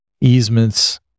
easements